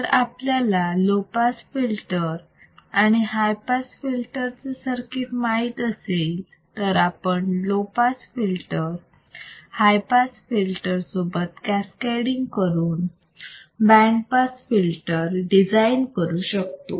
जर आपल्याला low pass filter आणि हाय पास फिल्टर चे सर्किट माहित असेल तर आपण low pass filter high pass filter सोबत कॅसकॅडिंग करून आपण बँड पास फिल्टर डिझाईन करू शकतो